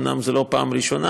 אומנם זו לא פעם ראשונה,